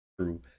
True